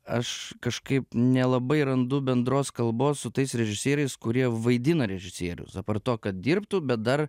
aš kažkaip nelabai randu bendros kalbos su tais režisieriais kurie vaidina režisierius apart to kad dirbtų bet dar